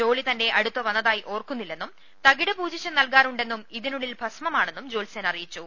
ജോളി തന്റെ അടുത്ത് വന്നതായി ഓർക്കുന്നില്ലെന്നും തകിട് പൂജിച്ച് നൽകാറുണ്ടെന്നും ഇതിനുള്ളിൽ ഭസ്മമാണെന്നും ജോത്സ്യൻ അറിയിച്ചു